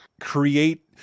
create